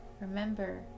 remember